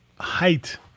height